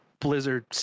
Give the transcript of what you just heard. blizzard